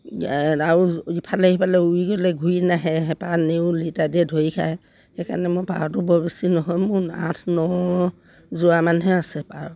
আৰু ইফালে সিফালে উৰি গ'লে ঘূৰি নাহে হেপা নেউল ইত্যাদি দিয়ে ধৰি খায় সেইকাৰণে মোৰ পাৰটো বৰ বেছি নহয় মোৰ আঠ ন যোৰামানহে আছে পাৰ